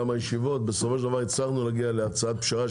ישיבות ובסופו של דבר הצלחנו להגיע להצעת פשרה,